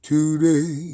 Today